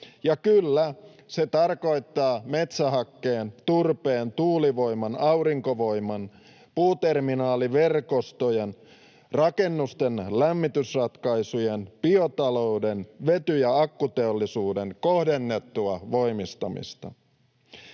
Ja kyllä, se tarkoittaa metsähakkeen, turpeen, tuulivoiman, aurinkovoiman, puuterminaaliverkostojen, rakennusten lämmitysratkaisujen, biotalouden sekä vety- ja akkuteollisuuden kohdennettua voimistamista.